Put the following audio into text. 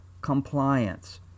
compliance